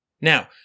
Now